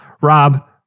Rob